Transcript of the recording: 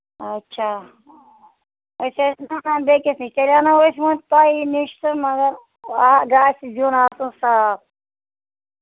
اچھا أسۍ ٲسۍ اَنان بیٚیہِ کِس نِش تیٚلہِ اَنو أسی وۅنۍ تۄہی نِش تہٕ مَگر آ گژھِ زیُن آسُن صاف